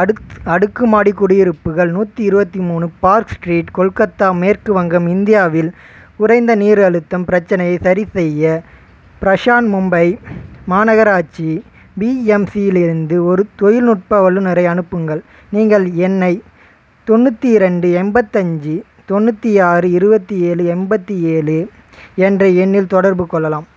அடுக் அடுக்குமாடி குடியிருப்புகள் நூற்றி இருபத்தி மூணு பார்க் ஸ்ட்ரீட் கொல்கத்தா மேற்குவங்கம் இந்தியாவில் குறைந்த நீர் அழுத்தம் பிரச்னையை சரி செய்ய பிரஷாந்த் மும்பை மாநகராட்சி பிஎம்சியிலிருந்து ஒரு தொழில்நுட்ப வல்லுநரை அனுப்புங்கள் நீங்கள் என்னை தொண்ணூற்றி ரெண்டு எண்பத்தஞ்சு தொண்ணூற்றி ஆறு இருபத்தி ஏழு எண்பத்தி ஏழு என்ற எண்ணில் தொடர்பு கொள்ளலாம்